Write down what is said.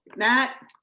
matt.